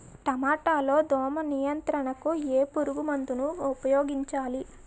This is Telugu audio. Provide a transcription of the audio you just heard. టమాటా లో దోమ నియంత్రణకు ఏ పురుగుమందును ఉపయోగించాలి?